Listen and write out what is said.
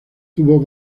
tuvo